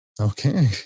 okay